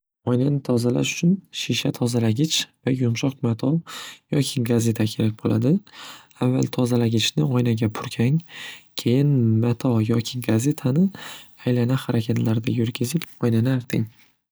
Oynani tozalash uchun shisha tozalagich yoki yumshoq mato yoki gazeta kerak bo'ladi. Avval tozalagichni oynaga purkang keyin mato yoki gazetani aylana harakatlarda yurgizib oynani arting.